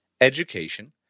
education